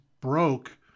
broke